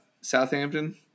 southampton